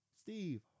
Steve